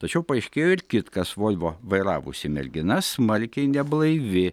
tačiau paaiškėjo ir kitkas volvo vairavusi mergina smarkiai neblaivi